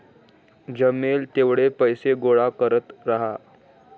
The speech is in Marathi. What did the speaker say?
जमेल तेवढे पैसे गोळा करत राहा